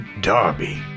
Darby